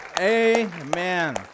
Amen